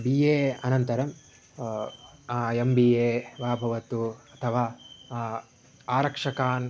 B A अनन्तरं M B A वा भवतु अथवा आरक्षकानाम्